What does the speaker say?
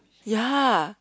ya